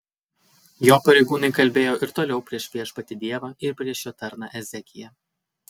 jo pareigūnai kalbėjo ir toliau prieš viešpatį dievą ir prieš jo tarną ezekiją